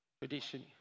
Tradition